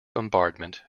bombardment